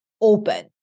open